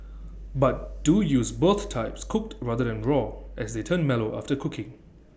but do use both types cooked rather than raw as they turn mellow after cooking